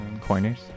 corners